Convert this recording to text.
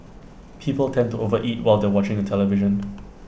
people tend to overeat while they watching the television